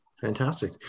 Fantastic